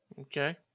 Okay